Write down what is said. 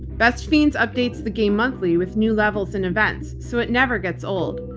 best fiends updates the game monthly with new levels and events, so it never gets old.